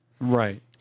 Right